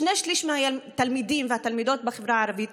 שני שלישים מהתלמידים והתלמידות בחברה הערבית,